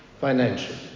financially